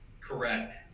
correct